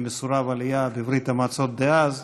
כמסורב עלייה בברית המועצות דאז.